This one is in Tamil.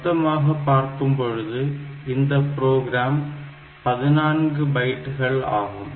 மொத்தமாக பார்க்கும் பொழுது இந்த புரோகிராம் 14 பைட்கள் ஆகும்